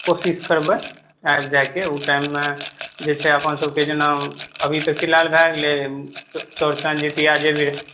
कोशिश करबै आबि जायके ओ टाइम मे जे छै अपन सबके जेना अभी तऽ फिलहाल भए गेलै चौड़चन जीतिया जे भी